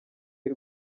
y’u